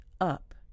up